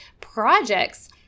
projects